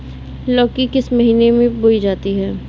लौकी किस महीने में बोई जाती है?